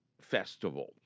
Festival